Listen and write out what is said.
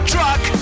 Truck